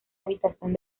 habitación